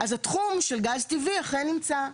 אז התחום של גז טבעי אכן נמצא.